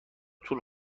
طول